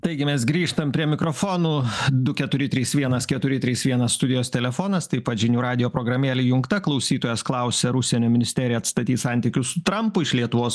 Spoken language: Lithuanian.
taigi mes grįžtam prie mikrofonų du keturi trys vienas keturi trys vienas studijos telefonas taip pat žinių radijo programėlė įjungta klausytojas klausia ar užsienio ministerija atstatys santykius su trampu iš lietuvos